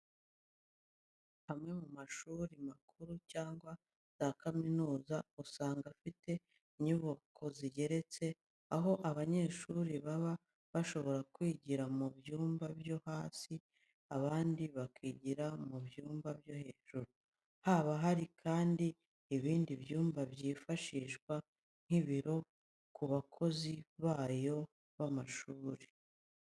Amwe mu mashuri makuru cyangwa za kaminuza usanga afite inyubako zigeretse aho abanyeshuri baba bashobora kwigira mu byumba byo hasi abandi bakigira mu byumba byo hejuru. Haba hari kandi ibindi byumba byifashishwa nk'ibiro ku bakozi b'ayo mashuri.